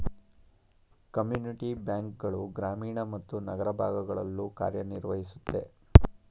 community bank ಗಳು ಗ್ರಾಮೀಣ ಮತ್ತು ನಗರ ಭಾಗಗಳಲ್ಲೂ ಕಾರ್ಯನಿರ್ವಹಿಸುತ್ತೆ